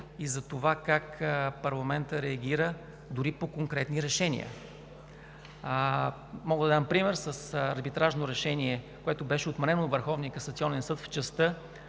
затова как парламентът реагира дори по конкретни решения. Например арбитражно решение, което беше отменено от Върховния касационен съд, в частта,